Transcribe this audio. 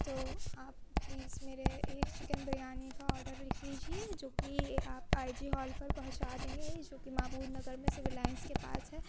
تو آپ پلیز میرے ایک چکن بریانی کا آرڈر لکھ لیجیے جو کہ آپ آئی جی ہال پر پہنچا دیں گے جو کہ معبود نگر میں سول لائنس کے پاس ہے